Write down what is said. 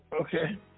Okay